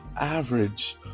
average